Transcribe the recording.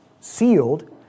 sealed